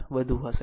04 વધુ હશે